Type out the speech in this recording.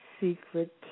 secret